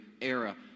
era